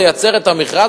לייצר את המכרז,